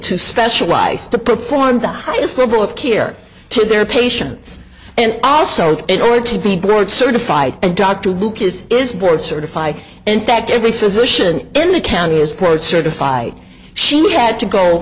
to specialize to perform the highest level of care to their patients and also in order to be board certified and doctor lucas is board certified in fact every physician in the count is poor certified she had to go